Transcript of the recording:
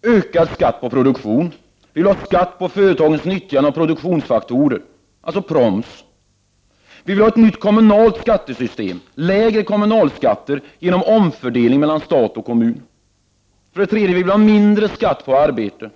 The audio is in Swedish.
Vi vill ha ökad skatt på produktion. Vi vill ha skatt när det gäller företagens nyttjande av produktionsfaktorer, alltså proms. 2. Vi vill ha ett nytt kommunalt skattesystem och lägre kommunalskatter. Detta skulle åstadkommas genom en omfördelning mellan stat och kommun. 3. Vi vill ha lägre skatt på arbete,